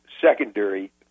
secondary